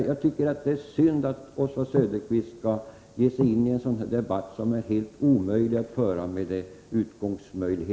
Jag tycker det är synd att Oswald Söderqvist skall ge sig in i en sådan här debatt som är helt omöjlig att föra från hans utgångsläge.